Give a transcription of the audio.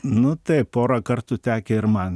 nu taip porą kartų tekę ir man